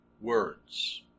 words